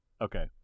Okay